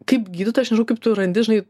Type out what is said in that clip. kaip gydytoja kaip tu randi žinai